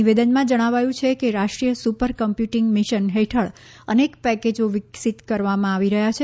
નિવેદનમાં જણાવ્યું છે કે રાષ્ટ્રીય સુપર કમ્પ્યુટીંગ મિશન હેઠળ અનેક પેકેજો વિકસીત કરવામાં આવી રહ્યા છે